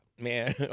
Man